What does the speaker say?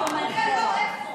אדוני היו"ר, איפה?